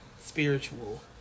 spiritual